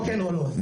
או כן, או לא.